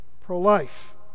pro-life